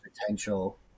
potential